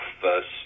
first